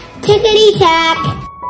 Tickety-tack